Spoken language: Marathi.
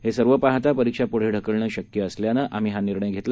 हे सर्व पाहता परीक्षा पुढं ढकलणं शक्य असल्यानं आम्ही हा निर्णय घेतला